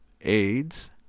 AIDS